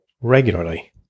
regularly